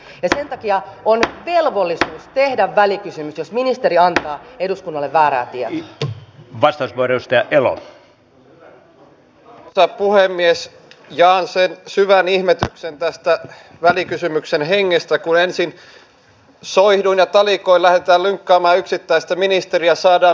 koulutushan on sen kaiken lähtökohta ja jos sitten siinä kielitaidossa siellä työpaikalla aavistuksen verran hävitään niin se hävitty asia kyllä otetaan kiinni sitten kun ensin soihduin ja talikoin lähdetään lynkkaamaan se kieli opitaan